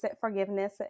forgiveness